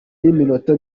y’iminota